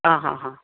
आ हा हा